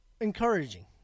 encouraging